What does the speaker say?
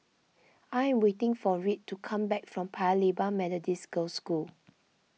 I am waiting for Reed to come back from Paya Lebar Methodist Girls' School